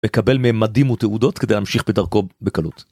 לקבל מימדים ותעודות כדי להמשיך בדרכו בקלות.